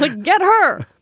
like get her.